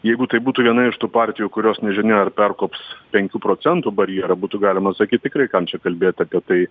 jeigu tai būtų viena iš tų partijų kurios nežinia ar perkops penkių procentų barjerą būtų galima sakyti tikrai kam čia kalbėti apie tai